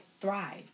thrived